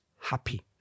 happy